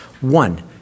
One